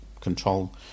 control